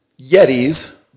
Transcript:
Yetis